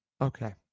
Okay